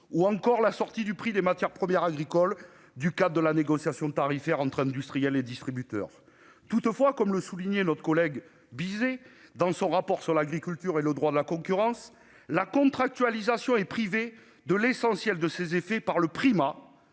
ou encore la sortie du prix des matières premières agricoles du cadre de la négociation tarifaire entre industriels et distributeurs. Toutefois, comme le soulignait notre ancien collègue Jean Bizet dans son rapport sur l'agriculture et le droit de la concurrence, la contractualisation est privée de l'essentiel de ses effets par le primat